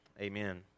amen